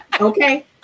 Okay